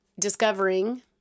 discovering